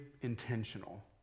intentional